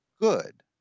good